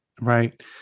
Right